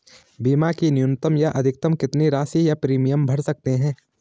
बीमा की न्यूनतम या अधिकतम कितनी राशि या प्रीमियम भर सकते हैं?